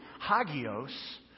hagios